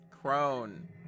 Crone